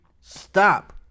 Stop